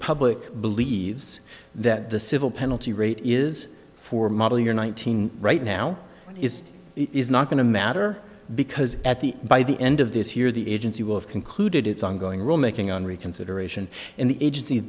public believes that the civil penalty rate is for model year nineteen right now is is not going to matter because at the by the end of this year the agency will have concluded its ongoing rule making on reconsideration and the agency